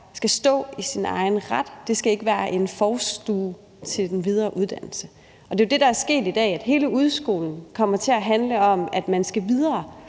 skal stå i sin egen ret, og at det ikke skal være en forstue til den videre uddannelse. Og det er jo det, der er sket i dag, altså at hele udskolingen kommer til at handle om, at man skal videre